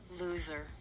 Loser